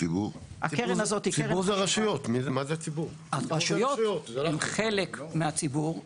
הרשויות הן חלק מהציבור,